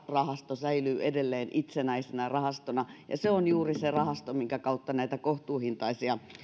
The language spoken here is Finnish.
rahasto säilyy edelleen itsenäisenä rahastona ja se on juuri se rahasto minkä kautta näitä kohtuuhintaisia